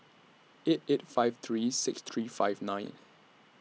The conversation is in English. eight eight five three six three five nine